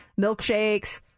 milkshakes